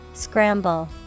Scramble